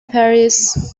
paris